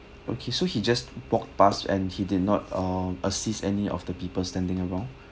okay so he just walked past and he did not uh assist any of the people standing around